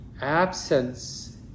absence